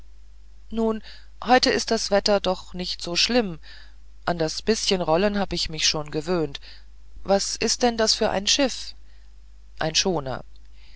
nun heute ist das wetter doch nicht so schlimm an das bißchen rollen hab ich mich schon gewöhnt was ist denn das für ein schiff ein schoner